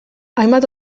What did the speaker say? hainbat